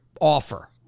offer